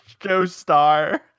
Joestar